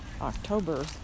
October